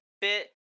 bit